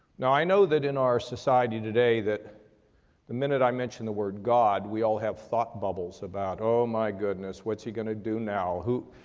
now i know that in our society today that the minute i mention the word god we all have thought bubbles about oh my goodness, what's he going to do now? who,